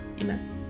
amen